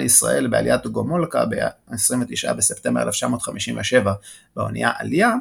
לישראל בעליית גומולקה ב-29 בספטמבר 1957 באנייה "עליה",